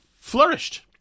flourished